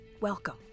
Welcome